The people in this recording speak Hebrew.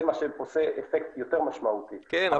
זה מה שעושה אפקט יותר משמעותי --- לא